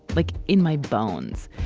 like in my bones.